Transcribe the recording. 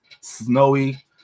snowy